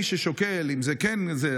מי ששוקל אם זה כן זה,